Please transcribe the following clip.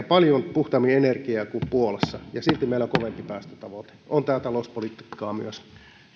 paljon puhtaammin kuin puolassa ja silti meillä on kovempi päästötavoite on tämä talouspolitiikkaa myös